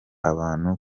abantu